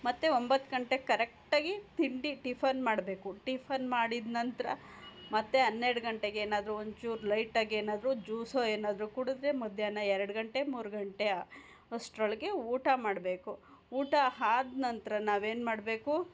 ಮತ್ತು ಒಂಬತ್ತು ಗಂಟೆ ಕರೆಕ್ಟಾಗಿ ತಿಂಡಿ ಟಿಫನ್ ಮಾಡಬೇಕು ಟಿಫನ್ ಮಾಡಿದ ನಂತರ ಮತ್ತು ಹನ್ನೆರಡು ಗಂಟೆಗೆ ಏನಾದ್ರೂ ಒಂದು ಚೂರು ಲೈಟಾಗಿ ಏನಾದ್ರೂ ಜೂಸೋ ಏನಾದ್ರೂ ಕುಡಿದ್ರೆ ಮಧ್ಯಾಹ್ನ ಎರಡು ಗಂಟೆ ಮೂರು ಗಂಟೆ ಅಷ್ಟರೊಳಗೆ ಊಟ ಮಾಡಬೇಕು ಊಟ ಆದ ನಂತರ ನಾವೇನು ಮಾಡಬೇಕು